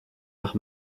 nach